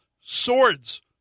swords